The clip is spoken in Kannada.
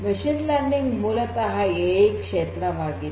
ಮಷೀನ್ ಲರ್ನಿಂಗ್ ಮೂಲತಃ ಎ ಐ ಕ್ಷೇತ್ರವಾಗಿದೆ